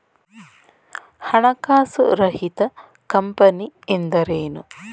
ಹಣಕಾಸು ರಹಿತ ಕಂಪನಿ ಎಂದರೇನು?